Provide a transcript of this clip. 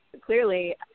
clearly